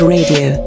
Radio